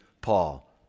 Paul